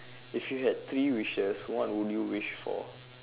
if you had three wishes what would you wish for